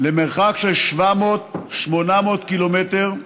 למרחק של 700 800 ק"מ מתימן,